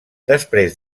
després